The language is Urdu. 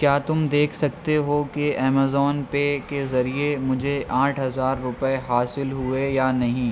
کیا تم دیکھ سکتے ہو کہ ایمیزون پے کے ذریعے مجھے آٹھ ہزار روپے حاصل ہوئے یا نہیں